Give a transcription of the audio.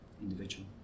individual